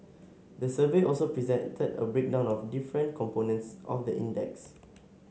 the survey also presented a breakdown of different components of the index